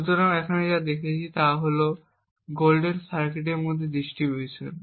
সুতরাং আমরা এখানে যা দেখছি তা হল গোল্ডেন সার্কিটের মধ্যে ডিস্ট্রিবিউশন